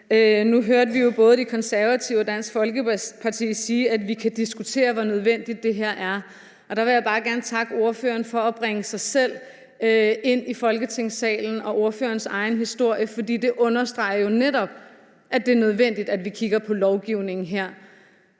Nu hørte vi jo både De Konservative og Dansk Folkeparti sige, at vi kan diskutere, hvor nødvendigt det her er. Der vil jeg bare gerne takke ordføreren for at bringe sig selv og ordførerens egen historie ind i Folketingssalen, for det understreger jo netop, at det er nødvendigt, at vi kigger på lovgivningen her.